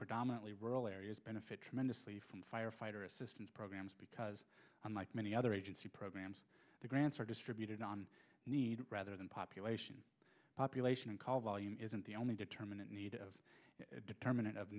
predominantly rural areas benefit tremendously from firefighter assistance programs because unlike many other agency programs the grants are distributed on need rather than population population and call volume isn't the only determinant need of determinant of